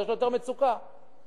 מטבע הדברים המצוקה שלו יותר גדולה.